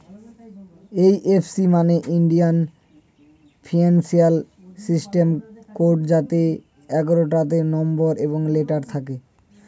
এই F C মানে Indian financial system code যাতে এগারোটা নম্বর এবং লেটার থাকে